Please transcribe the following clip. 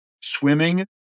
swimming